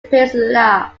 peninsula